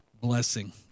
blessing